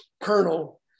Colonel